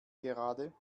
gerade